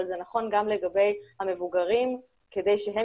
אבל זה נכון גם לגבי המבוגרים כדי שהם